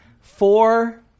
Four